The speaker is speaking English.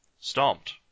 stomped